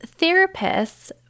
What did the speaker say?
therapists